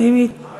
האם היא כאן?